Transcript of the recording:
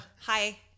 Hi